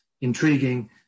intriguing